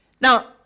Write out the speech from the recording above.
Now